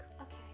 Okay